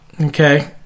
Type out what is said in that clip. Okay